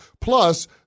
Plus